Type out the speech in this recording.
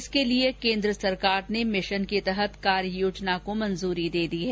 इसके लिए केन्द्र सरकार ने मिशन के तहत कार्ययोजना को मंजूरी दे दी है